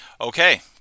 okay